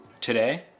Today